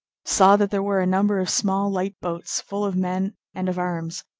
saw that there were a number of small light boats, full of men and of arms,